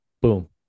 Boom